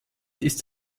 ist